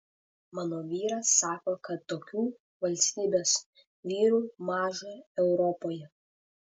mano vyras sako kad tokių valstybės vyrų maža europoje